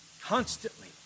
constantly